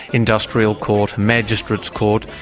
industrial court, magistrates court,